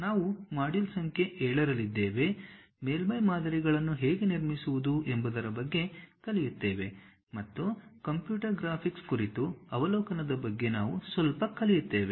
ನಾವು ಮಾಡ್ಯೂಲ್ ಸಂಖ್ಯೆ 7 ರಲ್ಲಿದ್ದೇವೆ ಮೇಲ್ಮೈ ಮಾದರಿಗಳನ್ನು ಹೇಗೆ ನಿರ್ಮಿಸುವುದು ಎಂಬುದರ ಬಗ್ಗೆ ಕಲಿಯುತ್ತೇವೆ ಮತ್ತು ಕಂಪ್ಯೂಟರ್ ಗ್ರಾಫಿಕ್ಸ್ ಕುರಿತು ಅವಲೋಕನದ ಬಗ್ಗೆ ನಾವು ಸ್ವಲ್ಪ ಕಲಿಯುತ್ತಿದ್ದೇವೆ